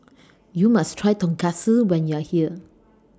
YOU must Try Tonkatsu when YOU Are here